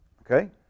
Okay